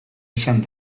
izan